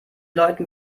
leuten